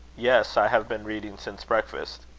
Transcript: yes i have been reading since breakfast.